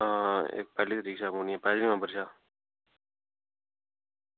एह् पैह्ली तरीक कशा बौह्नियां पैह्ली नंवबर कशा